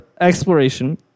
exploration